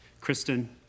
Kristen